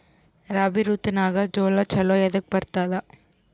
ರಾಬಿ ಋತುನಾಗ್ ಜೋಳ ಚಲೋ ಎದಕ ಬರತದ?